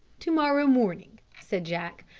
to-morrow morning, said jack.